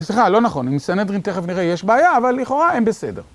סליחה, לא נכון, עם סנהדרין תכף נראה יש בעיה, אבל לכאורה הם בסדר.